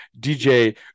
DJ